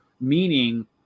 meaning